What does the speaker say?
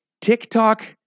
TikTok